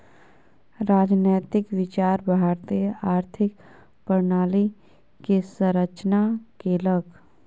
राजनैतिक विचार भारतीय आर्थिक प्रणाली के संरचना केलक